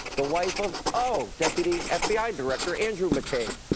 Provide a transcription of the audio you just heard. the wife of oh, deputy and fbi director andrew mccabe.